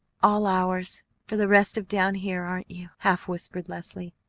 all ours, for the rest of down here, aren't you? half whispered leslie.